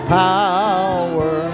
power